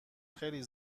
خیلی